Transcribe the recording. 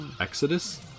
Exodus